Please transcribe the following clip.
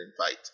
invite